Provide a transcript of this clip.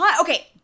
Okay